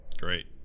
great